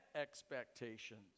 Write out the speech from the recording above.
expectations